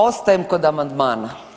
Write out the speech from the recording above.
Ostajem kod amandmana.